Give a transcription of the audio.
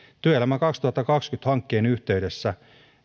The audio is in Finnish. työelämä kaksituhattakaksikymmentä hankkeen yhteydessä